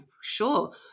sure